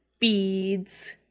beads